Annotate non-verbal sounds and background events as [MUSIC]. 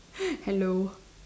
[LAUGHS] hello